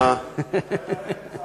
רמז עבה.